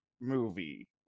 movie